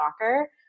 soccer